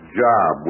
job